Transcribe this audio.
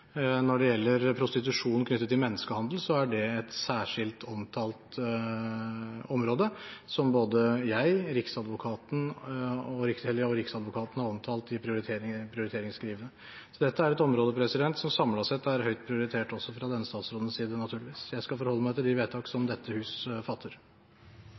Når det gjelder prostitusjon knyttet til menneskehandel, er det et særskilt omtalt område som både jeg og Riksadvokaten har omtalt i prioriteringsskrivet. Så dette er et område som samlet sett er høyt prioritert også fra denne statsrådens side, naturligvis. Jeg skal forholde meg til de vedtak som dette hus fatter.